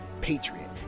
patriot